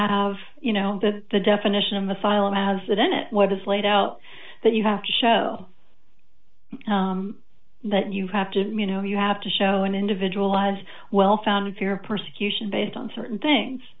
have you know that the definition of asylum has that in it what is laid out that you have to show that you have to you know you have to show an individual as well founded fear of persecution based on certain things